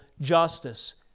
justice